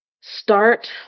start